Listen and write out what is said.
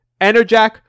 Enerjack